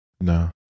No